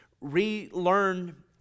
relearn